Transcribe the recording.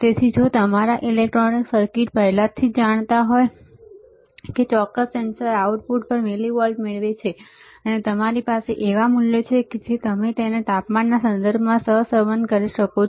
તેથી જો તમારા ઈલેક્ટ્રોનિક સર્કિટ્સ પહેલાથી જ જાણતા હોય કે આ ચોક્કસ સેન્સરના આઉટપુટ પર મિલીવોલ્ટ મેળવે છે અને તમારી પાસે એવા મૂલ્યો છે જે તમે તેને તાપમાનના સંદર્ભમાં સહસંબંધ કરી શકો છો